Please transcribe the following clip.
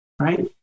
right